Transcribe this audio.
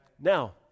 Now